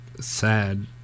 sad